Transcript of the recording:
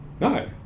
no